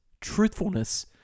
Truthfulness